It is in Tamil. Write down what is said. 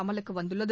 அமலுக்கு வந்துள்ளது